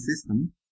system